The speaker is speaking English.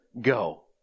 go